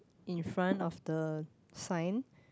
in front of the sign